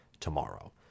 Tomorrow